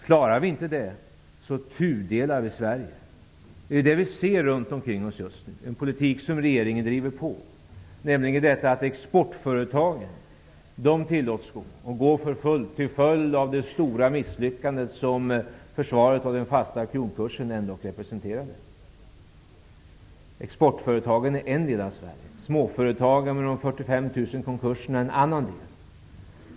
Om man inte klarar detta, kommer Sverige att tudelas. Det kan vi se runt omkring oss just nu, och det är en politik där regeringen är pådrivande. Exportföretagen tillåts gå för fullt till följd av det stora misslyckandet som försvaret av den fasta kronkursen representerade. Exportföretagen är en del av Sverige. Småföretagen och de 145 000 konkurserna är en annan del.